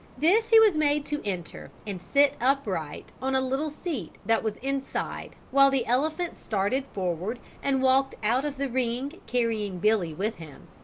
this he was made to enter and sit upright on a little seat that was inside while the elephant started forward and walked out of the ring carrying billy with him.